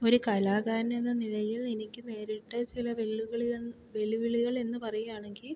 ഒരു കലാകാരനെന്ന നിലയിൽ എനിക്ക് നേരിട്ട ചില വെല്ലുവിളികൾ വെല്ലുവിളികൾ എന്ന് പറയുവാണെങ്കിൽ